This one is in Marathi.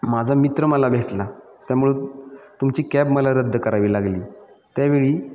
माझा मित्र मला भेटला त्यामुळं तुमची कॅब मला रद्द करावी लागली त्यावेळी